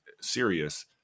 serious